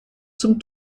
zum